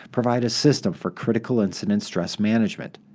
provide a system for critical incident stress management.